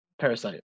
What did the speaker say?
Parasite